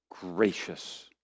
gracious